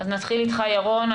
נתחיל איתך, ירון,